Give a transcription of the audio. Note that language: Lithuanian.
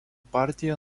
partija